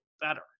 better